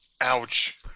Ouch